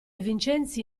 vincenzi